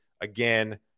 again